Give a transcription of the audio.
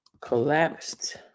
Collapsed